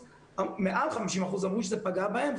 מעל 50% אמרו שזה פגע בהם,